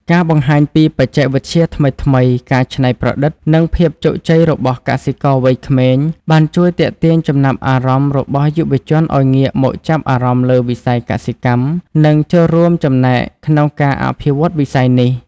ការបង្ហាញពីបច្ចេកវិទ្យាថ្មីៗ ការច្នៃប្រឌិត និងភាពជោគជ័យរបស់កសិករវ័យក្មេង បានជួយទាក់ទាញចំណាប់អារម្មណ៍របស់យុវជនឲ្យងាកមកចាប់អារម្មណ៍លើវិស័យកសិកម្ម និងចូលរួមចំណែកក្នុងការអភិវឌ្ឍវិស័យនេះ។